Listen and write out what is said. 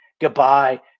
goodbye